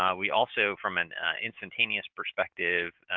um we also, from an instantaneous perspective,